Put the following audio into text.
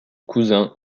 cousins